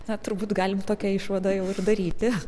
na turbūt galim tokia išvada jau ir daryti